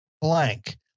blank